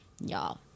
Y'all